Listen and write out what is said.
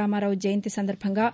రామారావు జయంతి సందర్బంగా